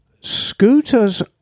Scooters